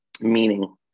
meaning